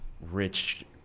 rich